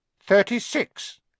Thirty-six